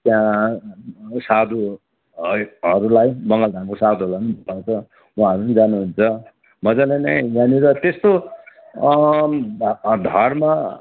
त्यहाँ साधु है हरूलाई मङ्गलधामको साधुहरूलाई पनि भेटाउँछ उहाँहरू नि जानुहुन्छ मजाले नै त्यहाँनिर त्यस्तो ध धर्म